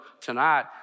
tonight